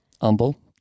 Humble